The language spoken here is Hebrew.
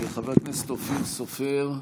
חבר הכנסת אופיר סופר,